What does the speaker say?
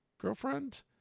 girlfriend